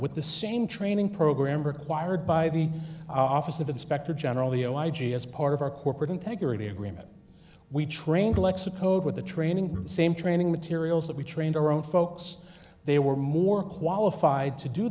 with the same training program required by the office of inspector general the oh i g as part of our corporate integrity agreement we trained lexa code with the training same training materials that we trained our own folks they were more qualified to do